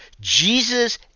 Jesus